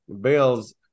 Bales